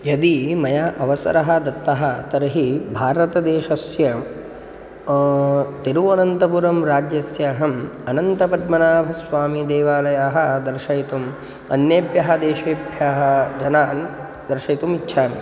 यदि मह्यम् अवसरः दत्तः तर्हि भारतदेशस्य तिरुवनन्तपुरं राज्यस्य अहम् अनन्तपद्मनाभस्वामीदेवालयं दर्शयितुम् अन्येभ्यः देशेभ्यः जनेभ्यः दर्शयितुम् इच्छामि